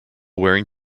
wearing